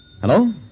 Hello